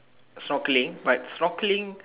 snorkelling but snorkelling